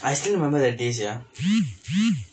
I still remember that day sia